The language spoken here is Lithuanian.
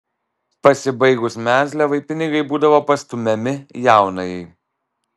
pasibaigus mezliavai pinigai būdavo pastumiami jaunajai